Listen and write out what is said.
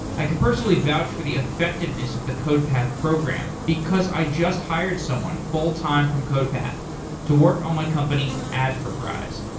i could personally vouch for the effectiveness of the codepath program because i just hired someone full-time from codepath to work on my company adforprice.